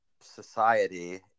society